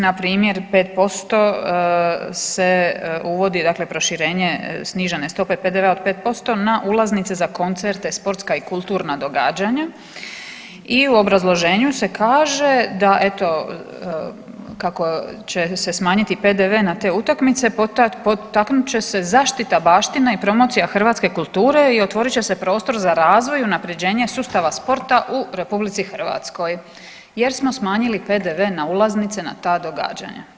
Na primjer 5% se uvodi, dakle proširenje snižene stope PDV-a od 5% na ulaznice, koncerte, sportska i kulturna događanja i u obrazloženju se kaže kako će se smanjiti PDV na te utakmice potaknut će zaštita baštine i promocija hrvatske kulture i otvorit će se prostor za razvoj i unapređenje sustava sporta u RH jer smo smanjili PDV na ulaznice na ta događanja.